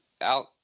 out